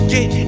Get